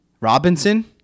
Robinson